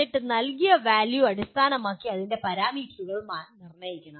എന്നിട്ട് നൽകിയ വാലൃൂ അടിസ്ഥാനമാക്കി അതിന്റെ പാരാമീറ്ററുകൾ നിർണ്ണയിക്കണം